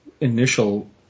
initial